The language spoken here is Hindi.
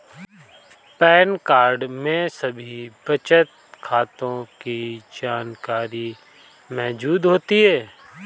पैन कार्ड में सभी बचत खातों की जानकारी मौजूद होती है